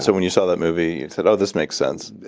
so when you saw that movie, you said, oh, this makes sense?